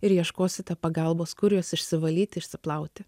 ir ieškosite pagalbos kur juos išsivalyti išsiplauti